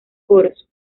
coros